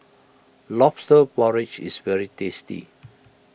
Lobster Porridge is very tasty